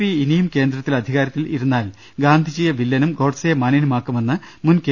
P ഇനിയും കേന്ദ്രത്തിൽ അധികാരത്തിൽ ഇരുന്നാൽ ഗാന്ധി ജിയെ വില്ലനും ഗോഡ്സെയെ മാന്യനുമാക്കുമെന്ന് മുൻ കെ